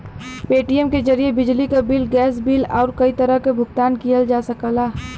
Paytm के जरिये बिजली क बिल, गैस बिल आउर कई तरह क भुगतान किहल जा सकला